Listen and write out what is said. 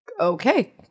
Okay